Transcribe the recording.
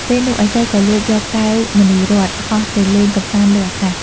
ពេលនោះឥសីក៏លួចយកកែវមណីរត្ន ហោះទៅលេងកម្សាន្តលើអាកាស។